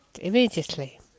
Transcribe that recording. immediately